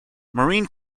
marine